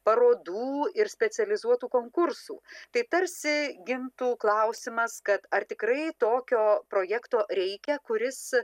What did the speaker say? parodų ir specializuotų konkursų tai tarsi gimtų klausimas kad ar tikrai tokio projekto reikia kuris